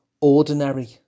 ordinary